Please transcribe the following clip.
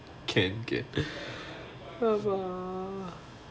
can can அப்ப:appe